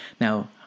Now